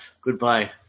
Goodbye